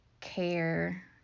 care